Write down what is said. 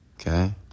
Okay